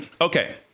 okay